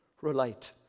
relate